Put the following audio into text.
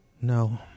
No